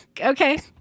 Okay